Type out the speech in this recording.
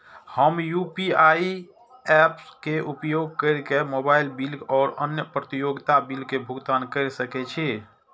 हम UPI apps के उपयोग केर के मोबाइल बिल और अन्य उपयोगिता बिल के भुगतान केर सके छी